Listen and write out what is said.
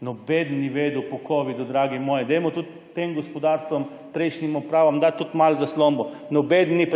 nobeden ni vedel po covidu, dragi moji. Dajmo tudi tem gospodarstvom, prejšnjim upravam malo zaslombe, nobeden ni